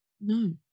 no